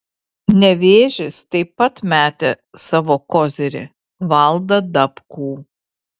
nevėžis taip pat metė savo kozirį valdą dabkų